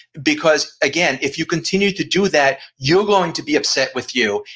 because again if you continue to do that you're going to be upset with you,